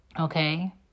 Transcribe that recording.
Okay